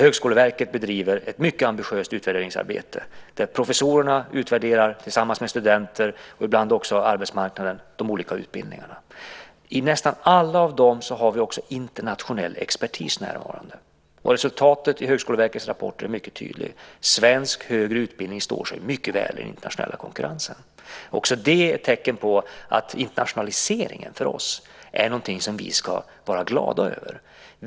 Högskoleverket bedriver ett mycket ambitiöst utvärderingsarbete där professorer tillsammans med studenter och ibland också arbetsmarknaden utvärderar de olika utbildningarna. I nästan alla av dem har vi också internationell expertis närvarande. Resultatet i Högskoleverkets rapport är mycket tydligt: Svensk högre utbildning står sig mycket väl i den internationella konkurrensen. Också det är ett tecken på att internationaliseringen för oss är någonting som vi ska vara glada över.